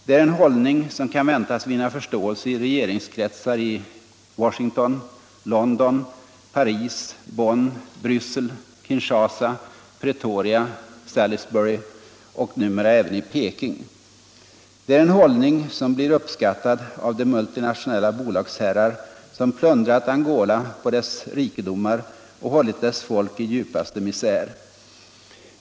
Det är en hållning som kan väntas Nr 32 vinna förståelse i regeringskretsar i Washington, London, Paris, Bonn, Bryssel, Kinshasa, Pretoria, Salisbury och även i Peking. Det är en hållning som blir uppskattad av de multinationella bolagsherrar som plundrat Angola på dess rikedomar och hållit dess folk i - Om svenska initiativ djupaste misär.